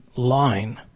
line